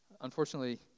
Unfortunately